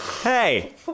hey